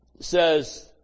says